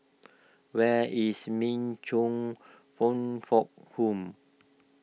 where is Min Chong fong fort Home